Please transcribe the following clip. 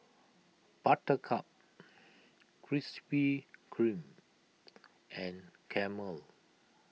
Buttercup Krispy Kreme and Camel